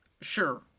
Sure